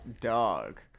dog